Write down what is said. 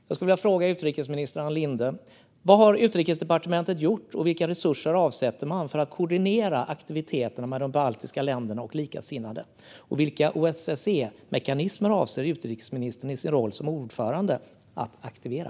Jag skulle vilja fråga utrikesminister Ann Linde: Vad har Utrikesdepartementet gjort, och vilka resurser avsätter man för att koordinera aktiviteter med de baltiska länderna och likasinnade? Och vilka OSSE-mekanismer avser utrikesministern i sin roll som ordförande att aktivera?